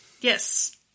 Yes